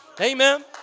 Amen